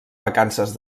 vacances